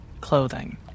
clothing